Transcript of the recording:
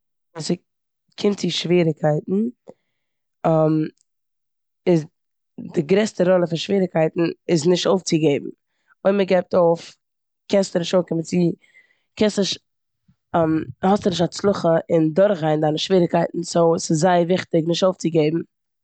ס'קומט צו שוועריגקייטן איז, די גרעסטע ראלע פון שוועריגקייטן איז נישט אויפצוגעבן. אויב מ'גיבט אויף קענסטו נישט אנקומען צו, קענסטו נישט האסטו נישט הצלחה און דורכגיין דיינע שוועריגקייטן סאו ס'איז זייער וויכטיג נישט אויפצוגעבן.